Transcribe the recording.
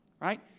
right